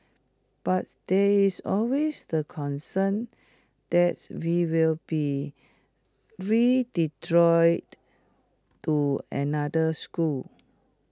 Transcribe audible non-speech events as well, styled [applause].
but there is always the concern that we will be [unintelligible] to another school